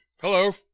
hello